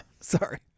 Sorry